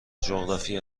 جغرافی